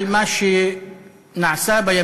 אבל יש מי שתמיד גילו הקשבה לסבל של